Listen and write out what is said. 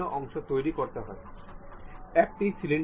অনুকরণ করতে সময় লাগে